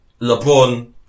LeBron